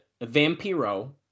Vampiro